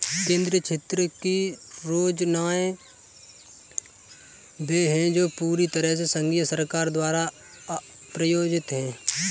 केंद्रीय क्षेत्र की योजनाएं वे है जो पूरी तरह से संघीय सरकार द्वारा प्रायोजित है